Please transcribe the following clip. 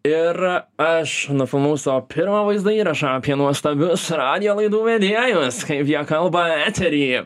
ir aš nufilmavau savo pirmą vaizdo įrašą apie nuostabius radijo laidų vedėjus kaip jie kalba etery